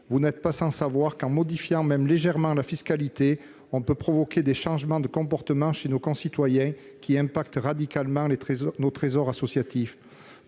Vous n'êtes pas sans savoir qu'en modifiant la fiscalité, même légèrement, on peut provoquer des changements de comportements chez nos concitoyens qui impactent radicalement nos trésors associatifs.